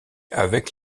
avec